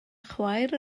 chwaer